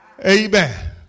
amen